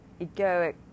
egoic